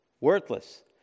Worthless